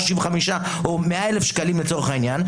35,000 או 100,000 שקלים לצורך העניין,